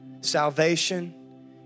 Salvation